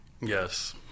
Yes